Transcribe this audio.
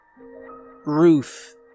Ruth